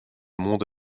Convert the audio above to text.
monde